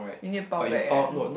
you need to 包 back eh